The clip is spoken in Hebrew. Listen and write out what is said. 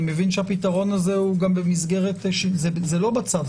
אני מבין שהפתרון הזה הוא גם במסגרת זה לא בצו.